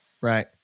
Right